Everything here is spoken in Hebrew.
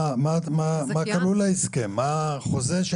מה כלול בהסכם, מה החוזה שלהם.